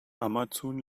amazon